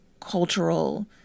cultural